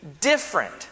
different